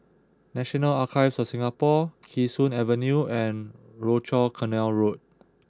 National Archives of Singapore Kee Sun Avenue and Rochor Canal Road